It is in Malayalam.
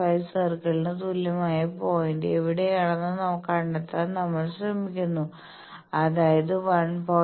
5 സർക്കിളിന് തുല്യമായ പോയിന്റ് എവിടെയാണെന്ന് കണ്ടെത്താൻ നമ്മൾ ശ്രമിക്കുന്നു അതായത് 1